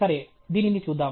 సరే దీనిని చూద్దాం